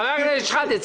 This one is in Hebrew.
חבר הכנסת שחאדה,